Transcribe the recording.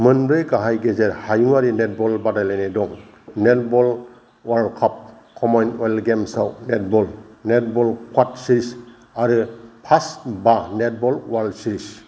मोनब्रै गाहाय गेजेरे हायुंआरि नेटबल बादायलायनाय दं netball world cup commonwealth games आव नेटबल नेटबल क्वाड सिरिस आरो फास्ट बा नेटबल वर्ल्ड सिरिज